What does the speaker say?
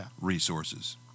resources